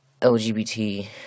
LGBT